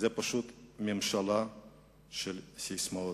זו פשוט ממשלה של ססמאות.